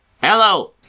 hello